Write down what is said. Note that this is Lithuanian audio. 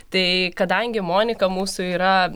tai kadangi monika mūsų yra